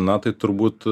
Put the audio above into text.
na tai turbūt